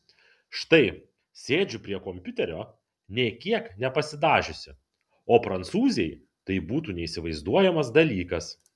štai sėdžiu prie kompiuterio nė kiek nepasidažiusi o prancūzei tai būtų neįsivaizduojamas dalykas